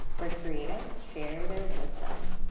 where creatives share their wisdom.